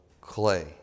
clay